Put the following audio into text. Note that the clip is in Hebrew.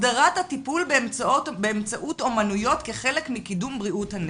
הסדרת הטיפול באמצעות אומנויות כחלק מקידום בריאות הנפש.